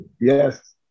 Yes